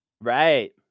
Right